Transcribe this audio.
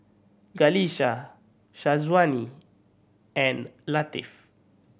Qalisha Syazwani and Latif